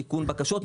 איכון בקשות,